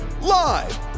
Live